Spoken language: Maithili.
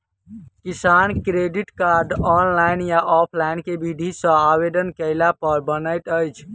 किसान क्रेडिट कार्ड, ऑनलाइन या ऑफलाइन केँ विधि सँ आवेदन कैला पर बनैत अछि?